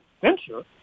venture